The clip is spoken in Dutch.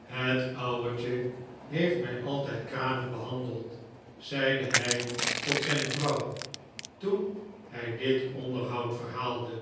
het ouwetje heeft mij altijd kranig behandeld zeide hij tot zijn vrouw toen hij dit onderhoud verhaalde